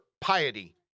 piety